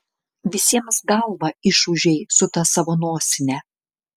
visiems galvą išūžei su ta savo nosine